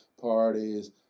parties